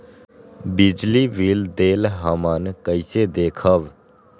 बिजली बिल देल हमन कईसे देखब?